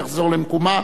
תחזור למקומה.